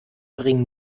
bring